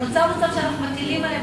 נוצר מצב שאנחנו מטילים עליהם,